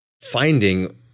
finding